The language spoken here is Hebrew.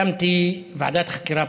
הקמתי ועדת חקירה פרלמנטרית,